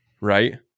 right